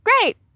Great